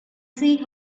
see